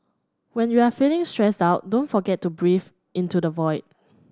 when you are feeling stressed out don't forget to breathe into the void